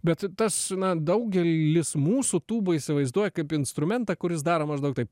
bet tas na daugelis mūsų tūbą įsivaizduoja kaip instrumentą kuris daro maždaug taip